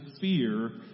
fear